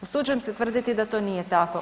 Usuđujem se tvrditi da to nije tako.